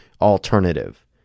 alternative